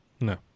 No